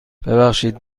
ببخشید